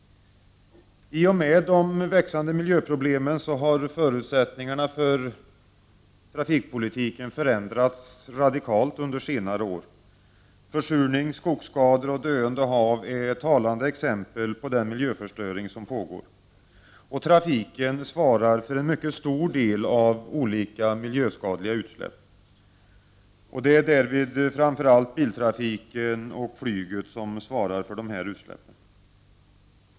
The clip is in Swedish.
I och med de växande miljöproblemen har förutsättningarna för trafikpolitiken radikalt förändrats under senare år. Försurning, skogsskador och döende hav är talande exempel på den miljöförstöring som pågår. Trafiken svarar för en mycket stor del av olika miljöskadliga utsläpp. Det är framför allt biltrafiken och flyget som svarar för dessa utsläpp.